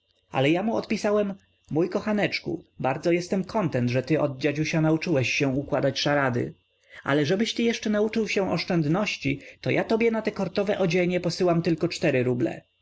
ale ja mu odpisałem mój kochaneczku bardzo jestem kontent że ty od dziadusia nauczyłeś się układać szarady ale żebyś ty jeszcze nauczył się oszczędności to ja tobie na te kortowe odzienie posyłam tylko cztery ruble